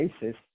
basis